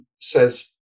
says